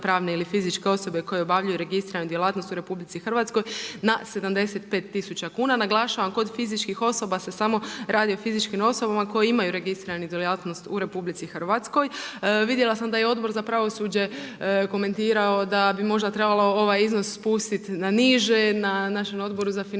pravne ili fizičke osobe koje obavljaju registriranu djelatnost u RH, na 75 tisuća kuna. Naglašavam, kod fizičkih osoba se samo radi o fizičkim osobama koje imaju registriranu djelatnost u RH. Vidjela sam da je Odbor za pravosuđe komentirao da bi možda trebalo ovaj iznos spustiti na niže, na našem Odboru za financije